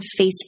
Facebook